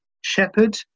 Shepherd